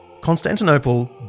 Constantinople